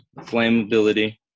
flammability